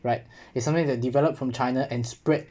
right it's something that developed from china and spread